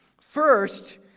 First